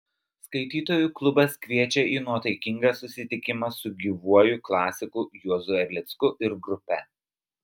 skaitytojų klubas kviečia į nuotaikingą susitikimą su gyvuoju klasiku juozu erlicku ir grupe